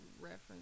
reference